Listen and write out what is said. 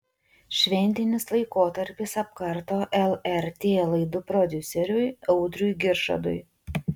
šventinis laikotarpis apkarto lrt laidų prodiuseriui audriui giržadui